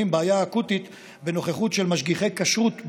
בעיה אקוטית בנוכחות של משגיחי כשרות בחו"ל.